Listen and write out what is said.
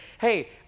hey